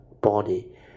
body